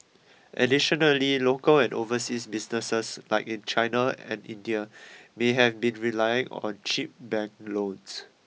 additionally local and overseas businesses like in China and India may have been relying on cheap bank loans